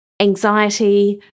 Anxiety